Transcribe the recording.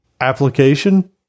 application